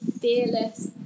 fearless